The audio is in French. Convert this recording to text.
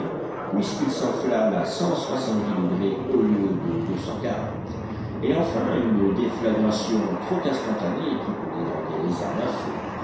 puisqu'il s'enflamme à cent soixante-dix degrés au lieu de deux cent quarante et enfin une déflagration trop instantanée qui peut dégrader les armes à feu